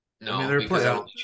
No